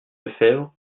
lefebvre